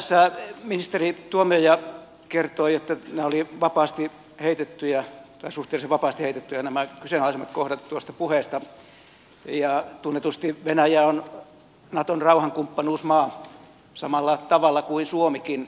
mutta tässä ministeri tuomioja kertoi että nämä olivat suhteellisen vapaasti heitettyjä nämä kyseenalaisimmat kohdat tuosta puheesta ja tunnetusti venäjä on naton rauhankumppanuusmaa samalla tavalla kuin suomikin